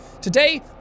Today